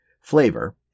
flavor